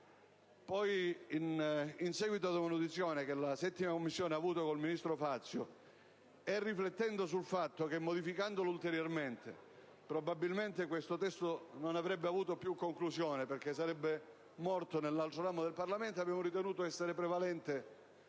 Poi, in seguito a un'audizione in 7a Commissione con il ministro Fazio, e riflettendo sul fatto che modificandolo ulteriormente probabilmente questo testo non avrebbe avuto più conclusione perché sarebbe stato fermato nell'altro ramo del Parlamento, abbiamo ritenuto essere prevalente